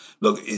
look